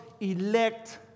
elect